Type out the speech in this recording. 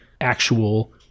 actual